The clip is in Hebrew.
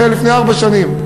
זה היה לפני ארבע שנים.